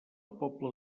pobla